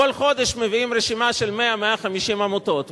שכל חודש מביאים רשימה של 100 150 עמותות,